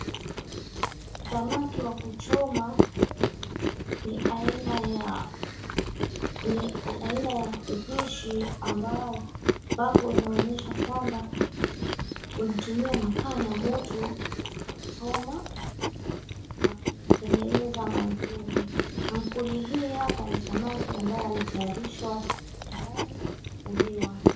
Samaki wa kuchoma, ni aina ya upishi ambao ambapo unaonyesha kwamba unatumia makaa na moto